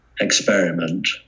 experiment